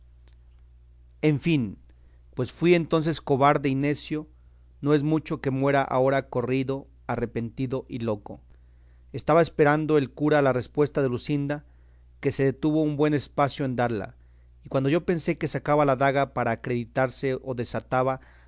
en fin pues fui entonces cobarde y necio no es mucho que muera ahora corrido arrepentido y loco estaba esperando el cura la respuesta de luscinda que se detuvo un buen espacio en darla y cuando yo pensé que sacaba la daga para acreditarse o desataba